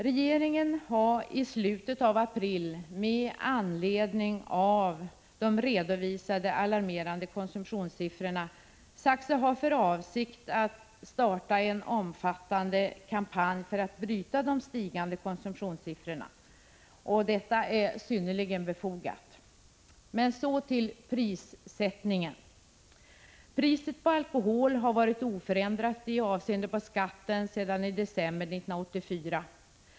Regeringen har i slutet av april, med anledning av de redovisade alarmerande konsumtionssiffrorna, sagt sig ha för avsikt att starta en omfattande kampanj för att bryta den stigande konsumtionstrenden. Detta är synnerligen befogat. Så till prissättningen. Priset på alkohol har varit oförändrat med avseende på skatten sedan i december 1984.